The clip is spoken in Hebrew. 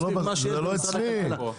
זה לא אצלי,